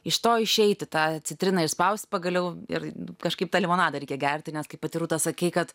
iš to išeiti tą citriną išspaust pagaliau ir kažkaip tą limonadą reikia gerti nes kaip pati rūta sakei kad